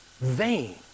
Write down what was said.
vain